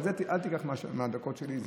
אבל את זה אל תיקח מהדקות שלי,